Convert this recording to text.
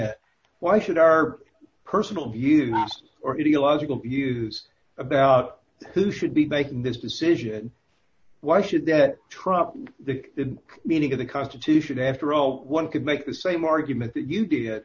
may why should our personal view or ideological views about who should be back in this decision why should that trump the meaning of the constitution after all one could make the same argument that you did